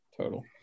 total